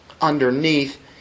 underneath